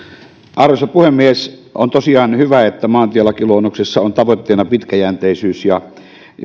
arvoisa puhemies on tosiaan hyvä että maantielakiluonnoksessa on tavoitteena pitkäjänteisyys ja